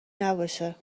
نباشه